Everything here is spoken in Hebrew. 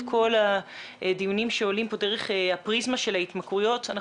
כל הדיונים שעולים פה דרך הפריזמה של ההתמכרויות אז